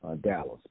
Dallas